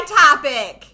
topic